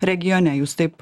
regione jūs taip